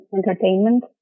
Entertainment